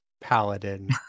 paladin